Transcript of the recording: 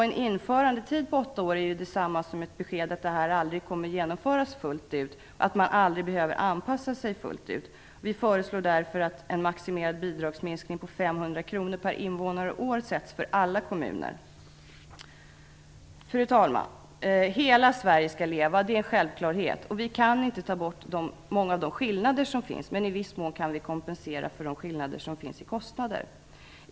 En införandetid på åtta år är detsamma som ett besked om att det här aldrig kommer att genomföras fullt ut och att man aldrig behöver anpassa sig helt. Vi föreslår därför en maximerad bidragsminskning på 500 kr per invånare och år för alla kommuner. Fru talman! Hela Sverige skall leva, det är en självklarhet. Vi kan inte ta bort många av de skillnader som finns. I viss mån kan vi dock kompensera för de skillnader som finns i kostnader.